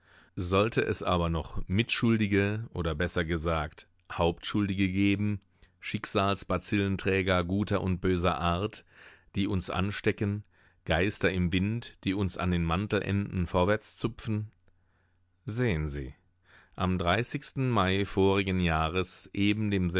sollte es aber noch mitschuldige oder besser gesagt hauptschuldige geben schicksalsbazillenträger guter und böser art die uns anstecken geister im wind die uns an den mantelenden vorwärts zupfen sehen sie am dreißigsten mai vorigen jahres eben